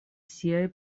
siaj